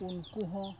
ᱩᱱᱠᱩ ᱦᱚᱸ